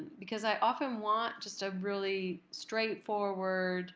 because i often want just a really straightforward